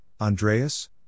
Andreas